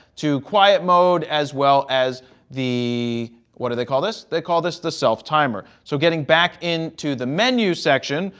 to quiet mode, as well as the what do they call this? they call this the self-timer. so getting back into the menu section,